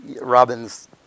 Robin's